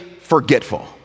forgetful